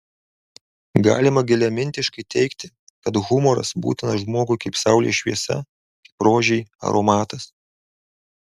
galima giliamintiškai teigti kad humoras būtinas žmogui kaip saulės šviesa kaip rožei aromatas